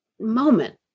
moment